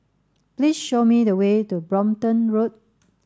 please show me the way to Brompton Road